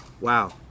wow